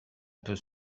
peut